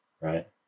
right